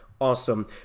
Awesome